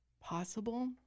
possible